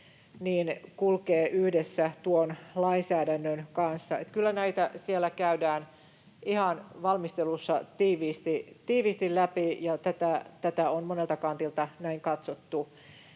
kulkevat yhdessä tuon lainsäädännön kanssa. Kyllä näitä siellä käydään valmistelussa ihan tiiviisti läpi ja tätä on monelta kantilta näin katsottu.